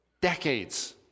decades